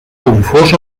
confós